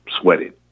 sweated